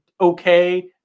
okay